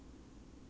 nope